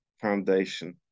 foundation